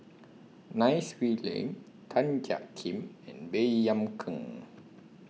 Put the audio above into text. Nai Swee Leng Tan Jiak Kim and Baey Yam Keng